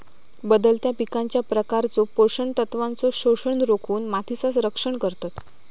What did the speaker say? बदलत्या पिकांच्या प्रकारचो पोषण तत्वांचो शोषण रोखुन मातीचा रक्षण करता